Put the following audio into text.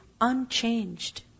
unchanged